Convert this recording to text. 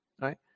right